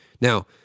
Now